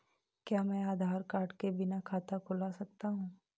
क्या मैं आधार कार्ड के बिना खाता खुला सकता हूं?